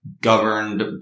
governed